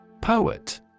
Poet